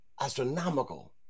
astronomical